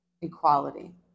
equality